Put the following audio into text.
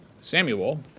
Samuel